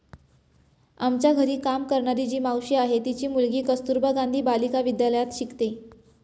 आमच्या घरी काम करणारी जी मावशी आहे, तिची मुलगी कस्तुरबा गांधी बालिका विद्यालयात शिकते